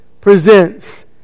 presents